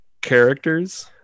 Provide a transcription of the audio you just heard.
characters